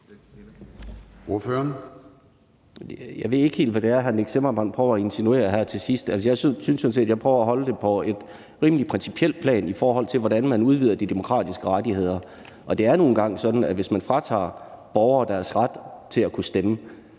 Jeg ved ikke helt, hvad det er, hr. Nick Zimmermann prøver at insinuere her til sidst. Altså, jeg synes sådan set, at jeg prøver at holde det på et rimelig principielt plan, i forhold til hvordan man udvider de demokratiske rettigheder, og det er nu engang sådan, at hvis man fratager borgere deres ret til at stemme,